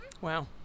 Wow